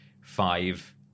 five